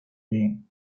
being